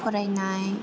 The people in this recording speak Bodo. फरायनाय